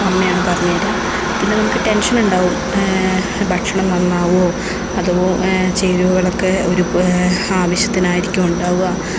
അപ്പോൾ അമ്മയാണ് പറഞ്ഞ് തരിക പിന്നെ നമുക്ക് ടെൻഷൻ ഉണ്ടാവും ഭക്ഷണം നന്നാകുമോ അതുപോ ചേരുവകളൊക്കെ ഒരു പൊ ആവശ്യത്തിനായിരിക്കുമോ ഉണ്ടാവുക